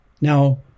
Now